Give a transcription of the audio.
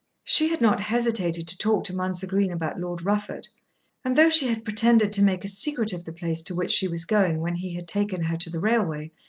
she had not hesitated to talk to mounser green about lord rufford and though she had pretended to make a secret of the place to which she was going when he had taken her to the railway,